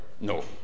No